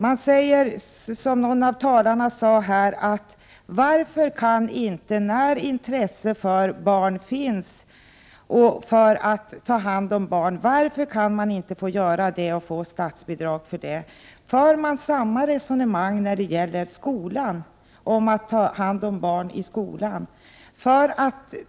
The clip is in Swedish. Man frågar, som någon av talarna här gjorde, varför man inte kan få ta hand om barn och få statsbidrag för det, när nu intresse finns. För man samma resonemang när det gäller skolan, om att ta hand om barn i skolan?